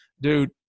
Dude